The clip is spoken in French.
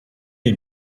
est